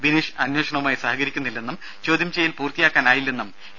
ബിനീഷ് അന്വേഷണവുമായി സഹകരിക്കുന്നില്ലെന്നും ചോദ്യം ചെയ്യൽ പൂർത്തിയാക്കാനായില്ലെന്നും ഇ